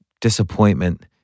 disappointment